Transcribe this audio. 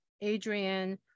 Adrian